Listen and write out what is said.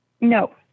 No